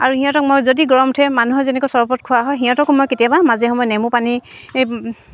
আৰু সিহঁতক মই যদি গৰম উঠে মানুহক যেনেকৈ চৰবত খুওৱা হয় সিহঁতকো মই কেতিয়াবা মাজে সময়ে নেমু পানী